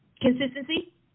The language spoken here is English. consistency